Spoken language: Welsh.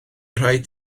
rhaid